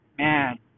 Man